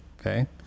Okay